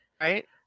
right